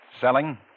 selling